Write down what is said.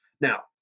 Now